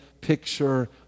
picture